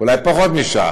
אולי פחות משעה,